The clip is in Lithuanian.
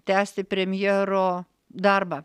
tęsti premjero darbą